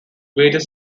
various